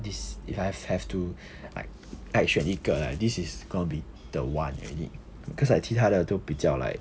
this if I've have to like like 选一个 right this is gonna be the one already because like 其他的都比较 like